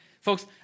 folks